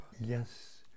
Yes